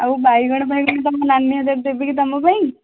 ଆଉ ବାଇଗଣ ଫାଇଗଣ ତୁମ ନାନୀ ହାତରେ ଦେବି କି ତୁମ ପାଇଁ